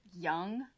Young